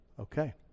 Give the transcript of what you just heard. okay